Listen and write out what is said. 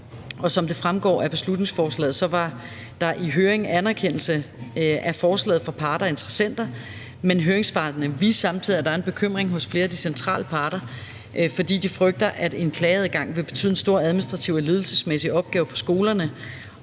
som det fremgår af beslutningsforslaget, var der i høringen anerkendelse af forslaget fra parter og interessenter, men høringssvarene viste samtidig, at der var en bekymring hos flere af de centrale parter, fordi de frygtede, at en klageadgang ville betyde en stor administrativ og ledelsesmæssig opgave for skolerne,